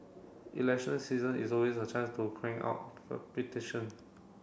election season is always a chance to crank out for